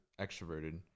extroverted